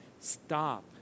stop